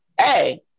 Hey